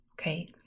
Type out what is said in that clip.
okay